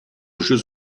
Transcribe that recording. jeux